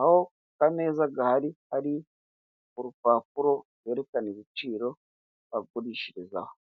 aho akameza gahari hari urupapuro rwerekana ibiciro bagurishirizaho.